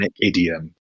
idiom